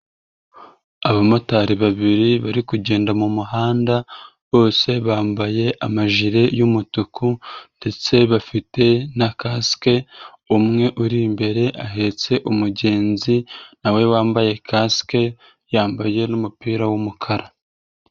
Abamotari babiri bari kugenda mu muhanda bose bambaye amajire y'umutuku ndetse bafite na kasike, umwe uri imbere ahetse umugenzi na we wambaye kasike yambaye n'umupira w'umukara.